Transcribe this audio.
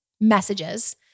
messages